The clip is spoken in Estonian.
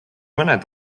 mõned